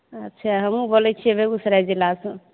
अच्छे हमहु बोलै छियै बेगूसराय जिलासँ